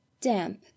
damp